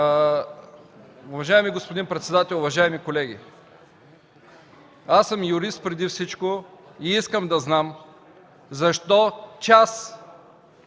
Уважаеми господин председател, уважаеми колеги! Аз съм юрист преди всичко и искам да знам защо част